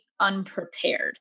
unprepared